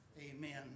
Amen